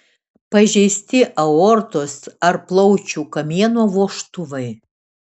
pažeisti aortos ar plaučių kamieno vožtuvai